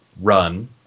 run